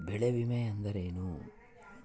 ಬೆಳೆ ವಿಮೆ ಅಂದರೇನು?